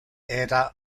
era